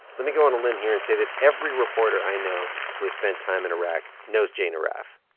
let me go on a limb here and say that every reporter i know who has spent time in iraq knows jane arraf.